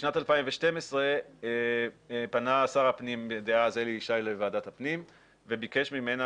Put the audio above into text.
בשנת 2012 פנה שר הפנים דאז אלי ישי לוועדת הפנים וביקש ממנה